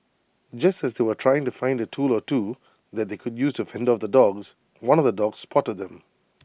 just as they were trying to find A tool or two that they could use to fend off the dogs one of the dogs spotted them